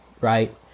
right